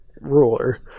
ruler